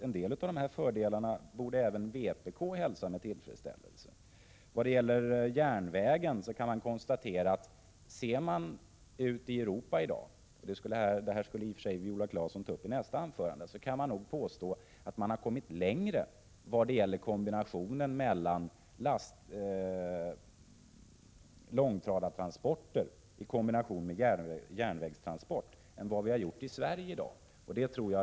En del av dessa fördelar tycker jag att även vpk borde hälsa med tillfredsställelse. När det gäller järnvägen kan vi konstatera, om vi i dag ser ut över Europa — detta skulle i och för sig Viola Claesson ta upp i sitt nästa inlägg — att man har kommit längre i fråga om långtradartransporter i kombination med järnvägstransporter än vad vi i Sverige har gjort.